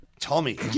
Tommy